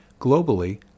Globally